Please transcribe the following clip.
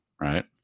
Right